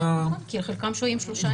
נכון, כי חלקם שוהים שלושה ימים.